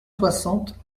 soixante